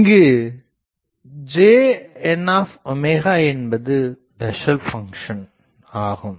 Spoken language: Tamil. இங்கு Jn என்பது பேசல் பங்க்ஷன் ஆகும்